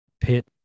pit